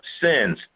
sins